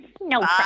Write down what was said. No